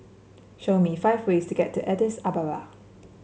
show me five ways to get to Addis Ababa